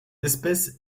espèce